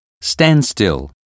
Standstill